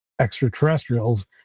extraterrestrials